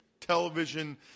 television